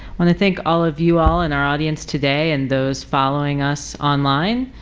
want to thank all of you all in our audience today and those following us online.